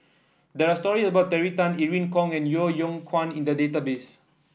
there are stories about Terry Tan Irene Khong and Yeo Yeow Kwang in the database